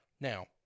Now